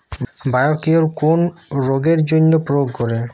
Biocure কোন রোগেরজন্য প্রয়োগ করে?